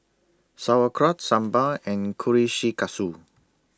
Sauerkraut Sambar and